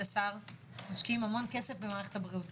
השר - משקיעים המון כסף במערכת הבריאות.